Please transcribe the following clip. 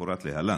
כמפורט להלן: